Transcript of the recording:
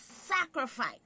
sacrifice